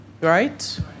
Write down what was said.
right